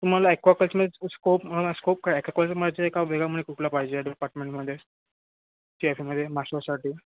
तुम्हाला ॲक्वाकल्चरमध्ये scope scope काय आहे ॲक्वाकल्चर म्हणजे एका वेगळामुळे कुठला पाहिजे डिपार्टमेंटमध्ये सी एफे मध्ये मास्टरसाठी